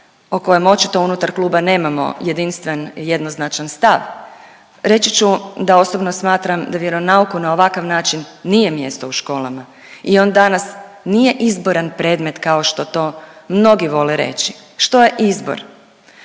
o kojem očito unutar kluba nemamo jedinstven jednoznačan stav. Reći ću da osobno smatram da vjeronauku na ovakav način nije mjesto u školama. I on danas nije izboran predmet kao što to mnogi vole reći. Što je izbor?